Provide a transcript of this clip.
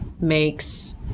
makes